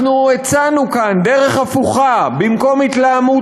אנחנו הצענו כאן דרך הפוכה: במקום התלהמות,